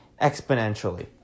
exponentially